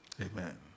Amen